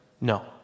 No